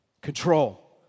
control